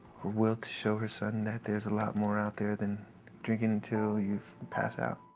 her will to show her son that there's a lot more out there than drinking until you pass out.